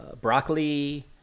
broccoli